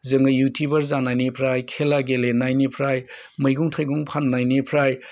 जोङो युटुबार जानायनिफ्राय खेला गेलेनायनिफ्राय मैगं थाइगं फाननायनिफ्राय